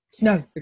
No